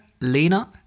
Lena